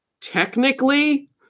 technically